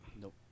Nope